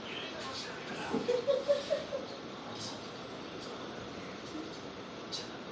ತೋಟಗಾರಿಕೆಯಲ್ಲಿ, ಹಣ್ಣಿನ ತೋಟಗಾರಿಕೆ, ಬೀಜದ ತೋಟಗಾರಿಕೆ, ಹೂವಿನ ತೋಟಗಾರಿಕೆ, ತರಕಾರಿ ಬೆಳೆ ತೋಟಗಾರಿಕೆ ಮುಂತಾದವುಗಳಿವೆ